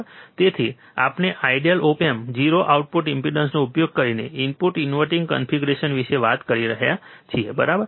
તેથી આપણે ideal op amp 0 output ઇમ્પિડન્સનો ઉપયોગ કરીને ઇનપુટ ઇન્વર્ટીંગ કન્ફિગરેશન વિશે વાત કરી રહ્યા છીએ બરાબર